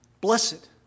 Blessed